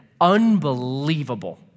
unbelievable